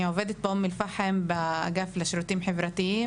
אני עובדת באום אל-פחם באגף לשירותים חברתיים